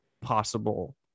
possible